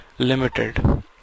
limited